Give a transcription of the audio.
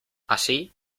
así